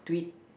tweet